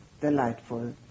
delightful